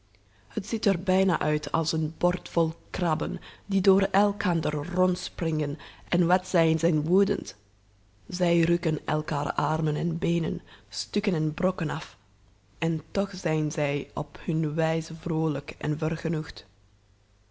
het ziet er bijna uit als een bord vol krabben die door elkander rondspringen en wat zijn zij woedend zij rukken elkaar armen en beenen stukken en brokken af en toch zijn zij op hun wijze vroolijk en